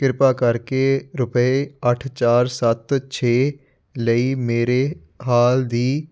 ਕ੍ਰਿਪਾ ਕਰਕੇ ਰੁਪਏ ਅੱਠ ਚਾਰ ਸੱਤ ਛੇ ਲਈ ਮੇਰੇ ਹਾਲ ਦੀ